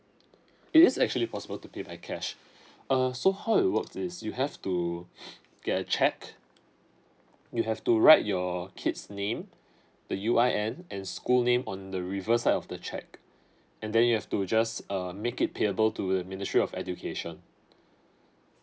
it is actually possible to pay by cash err so how it works is you have to get a cheque you have to write your kid's name the U I N and school name on the reverse side of the check and then you have to just err make it payable to the ministry of education